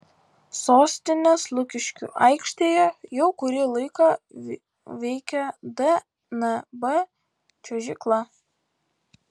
sostinės lukiškių aikštėje jau kurį laiką veikia dnb čiuožykla